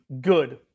good